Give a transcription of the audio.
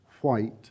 white